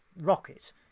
rocket